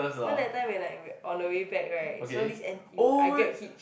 you know that time when I on the way back right so this N_T_U I Grab Hitch